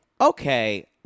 Okay